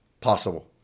possible